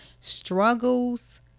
struggles